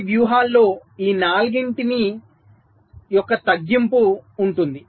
ఈ వ్యూహాలలో ఈ 4 యొక్క తగ్గింపు ఉంటుంది